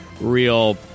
real